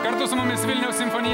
kartu su mumis vilniaus simfonija